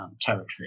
territory